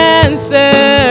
answer